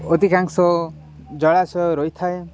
ଅଧିକାଂଶ ଜଳାଶୟ ରହିଥାଏ